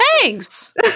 Thanks